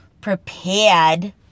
prepared